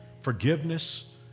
forgiveness